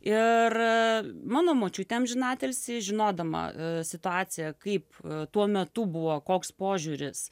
ir mano močiutė amžinatilsį žinodama situaciją kaip tuo metu buvo koks požiūris